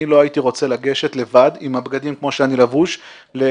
אני לא הייתי רוצה לגשת לבד עם הבגדים כמו שאני לבוש לשלושה,